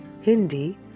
Hindi